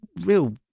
real